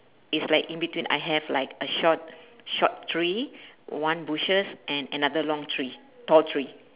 it's like in between I have like a short short tree one bushes and another long tree tall tree